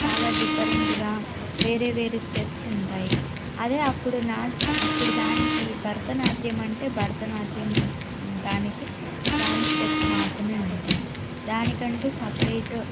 చాలా డిఫరెంట్గా వేరే వేరే స్టెప్స్ ఉంటాయి అదే అప్పుడు నాట్ అప్పుడు దానికి భరతనాట్యం అంటే భరతనాట్యం దానికి దాని స్టెప్స్ మాత్రమే ఉంటాయి దానికంటు సెపరేట్